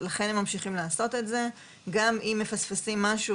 לכן הם ממשיכים לעשות את זה וגם אם מפספסים משהו,